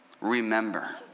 remember